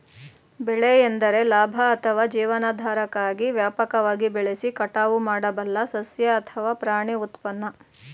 ಬೆಳೆ ಎಂದರೆ ಲಾಭ ಅಥವಾ ಜೀವನಾಧಾರಕ್ಕಾಗಿ ವ್ಯಾಪಕವಾಗಿ ಬೆಳೆಸಿ ಕಟಾವು ಮಾಡಬಲ್ಲ ಸಸ್ಯ ಅಥವಾ ಪ್ರಾಣಿ ಉತ್ಪನ್ನ